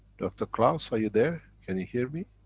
dr. klaus, are you there? can you hear me?